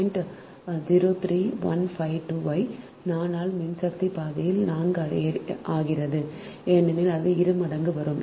03152 ஐ 4 ஆல் மின்சக்தி பாதியில் 4 ஆகிறது ஏனெனில் இது இருமடங்கு வரும்